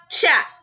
Chat